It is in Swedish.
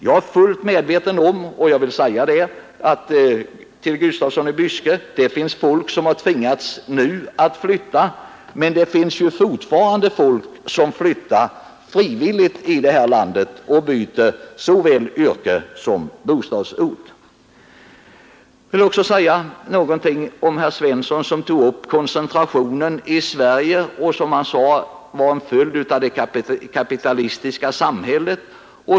Jag är fullt medveten om — och jag vill säga det här till herr Gustafsson i Byske — att det finns folk som nu tvingats flytta, men det finns fortfarande folk som flyttar frivilligt i detta land och byter såväl yrke som bostadsort. Jag vill också säga något med anledning av att herr Svensson i Malmö tog upp frågan om koncentrationen i Sverige som enligt hans uppfattning är en följd av det kapitalistiska samhället.